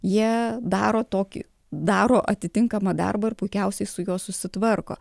jie daro tokį daro atitinkamą darbą ir puikiausiai su juo susitvarko